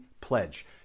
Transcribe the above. Pledge